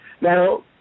Now